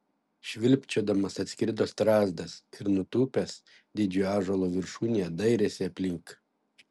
švilpčiodamas atskrido strazdas ir nutūpęs didžiojo ąžuolo viršūnėje dairėsi aplink